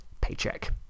paycheck